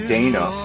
Dana